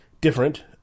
different